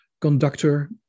conductor